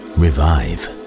revive